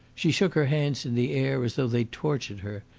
she shook her hands in the air as though they tortured her,